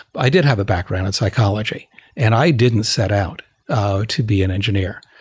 i did have a background in psychology and i didn't set out to be an engineer.